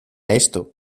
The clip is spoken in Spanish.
esto